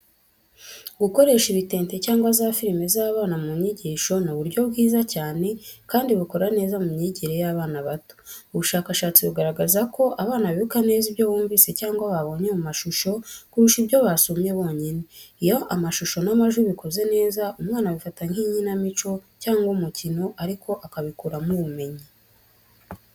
Gukoresha ibitente cyangwa za firime z'abana mu nyigisho ni uburyo bwiza cyane kandi bukora neza mu myigire y'abana bato. Ubushakashatsi bugaragaza ko abana bibuka neza ibyo bumvise cyangwa babonye mu mashusho kurusha ibyo basomye bonyine. Iyo amashusho n’amajwi bikoze neza, umwana abifata nk’ikinamico cyangwa umukino, ariko akabikuramo ubumenyi.